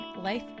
life